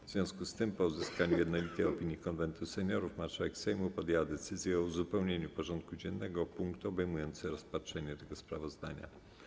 W związku z tym, po uzyskaniu jednolitej opinii Konwentu Seniorów, marszałek Sejmu podjął decyzję o uzupełnieniu porządku dziennego o punkt obejmujący rozpatrzenie tego sprawozdania.